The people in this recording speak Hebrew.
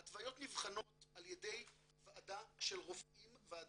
ההתוויות נבחנות על ידי ועדה של רופאים ועל